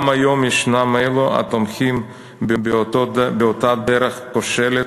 גם היום ישנם אלו התומכים באותה דרך כושלת